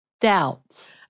doubts